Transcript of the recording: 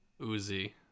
Uzi